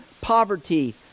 poverty